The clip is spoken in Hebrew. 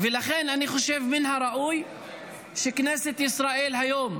ולכן אני חושב שמן הראוי שכנסת ישראל היום